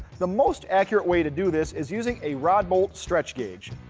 the most accurate way to do this is using a rod bolt stretch gauge.